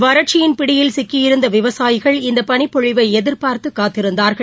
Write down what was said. வறட்சியின் பிடியில் சிக்கியிருந்த விவசாயிகள் இந்த பனிப்பொழிவை எதி்பார்த்து காத்திருந்தார்கள்